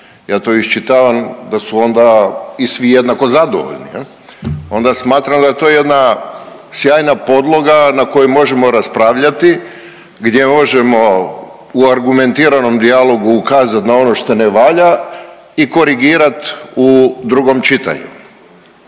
Ja to iščitavam da su onda i svi jednako zadovoljni jel'? Onda smatram da je to jedna sjajna podloga na kojoj možemo raspravljati, gdje možemo u argumentiranom dijalogu ukazati na ono šta ne valja i korigirat u drugom čitanju.